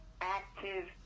active